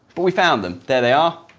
but we found them. there they are.